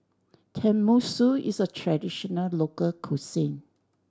tenmusu is a traditional local cuisine